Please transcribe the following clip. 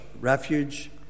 refuge